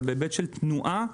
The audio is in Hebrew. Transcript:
אבל בהיבט של תנועה,